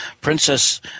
Princess